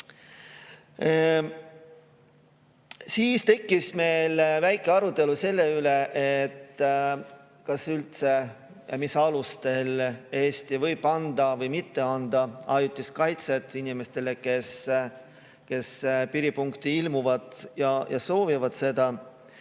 Siis tekkis meil väike arutelu selle üle, kas üldse ja mis alustel Eesti võib anda või mitte anda ajutist kaitset inimestele, kes piiripunkti ilmuvad ja kaitset